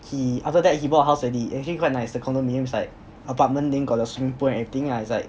he after that he bought a house and he actually quite nice the condominium is like apartment then got the swimming pool and everything lah is like